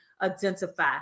identify